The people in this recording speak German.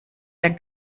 der